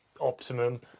optimum